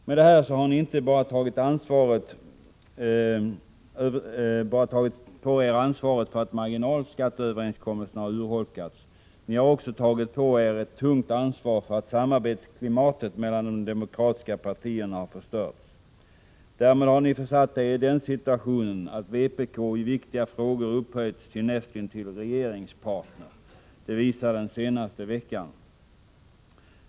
Med detta har ni inte bara tagit på er ansvaret för att marginalskatteöverenskommelserna har urholkats, ni har också tagit på er ett tungt ansvar för att samarbetsklimatet mellan de demokratiska partierna har förstörts. Därmed har ni försatt er i den situationen att vpk i viktiga frågor har upphöjts till näst intill regeringspartner. Det visar den senaste veckan.